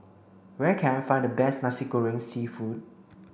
where can I find the best Nasi Goreng Seafood